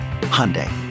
Hyundai